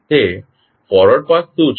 તે forward path શું છે